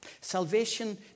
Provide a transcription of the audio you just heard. salvation